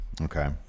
Okay